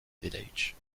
village